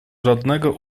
żadnego